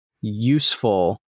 useful